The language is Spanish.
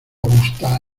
gusta